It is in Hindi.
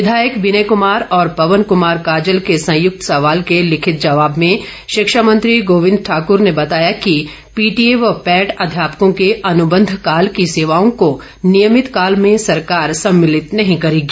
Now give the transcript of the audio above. विधायक विनय कुमार और पवन कुमार काजल के संयुक्त सवाल के लिखित जवाब में शिक्षा मंत्री गोविंद ठाकूर ने बताया कि पीटीए व पैट अध्यापकों के अनुबंध काल की सेवाओं को नियमित काल में सरकार सम्मिलित नहीं करेगी